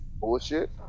bullshit